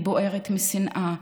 היא בוערת משנאה.